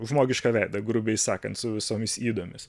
žmogišką veidą grubiai sakant su visomis ydomis